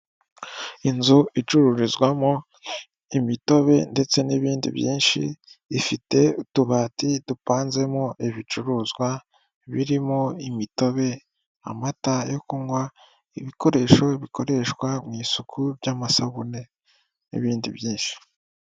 Inzu icururizwamo imitobe ndetse n'ibindi byinshi, ifite utubati dupanzemo ibicuruzwa, birimo; imitobe, amata yo kunywa, ibikoresho bikoreshwa mu isuku by'amasabune, n'ibindi byinshi.